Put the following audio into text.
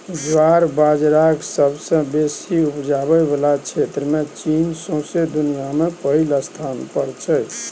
ज्वार बजराक सबसँ बेसी उपजाबै बला क्षेत्रमे चीन सौंसे दुनियाँ मे पहिल स्थान पर छै